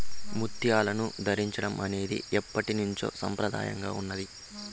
ముత్యాలను ధరించడం అనేది ఎప్పట్నుంచో సంప్రదాయంగా ఉన్నాది